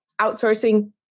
outsourcing